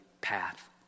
path